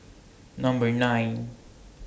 Number nine